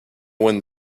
one